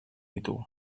ditu